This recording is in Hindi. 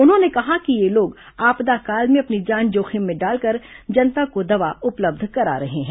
उन्होंने कहा है कि ये लोग आपदा काल में अपनी जान जोखिम में डालकर जनता को दवा उपलब्ध करा रहे हैं